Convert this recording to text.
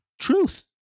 truth